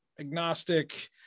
Agnostic